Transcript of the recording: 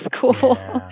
cool